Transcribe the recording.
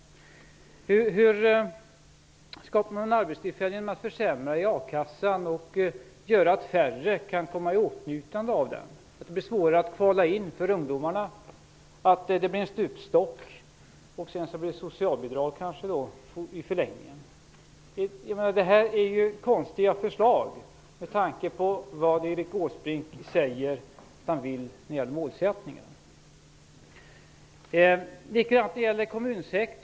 Hur skapar man arbetstillfällen genom att försämra a-kassan och göra så att färre kan komma i åtnjutande av den? Det blir ju svårare att kvala in för ungdomarna. Det blir en stupstock. Sedan blir det kanske socialbidrag i förlängningen. De här förslagen är konstiga med tanke på vad Erik Åsbrink säger att han vill när det gäller målsättningar. Likadant är det när det gäller kommunsektorn.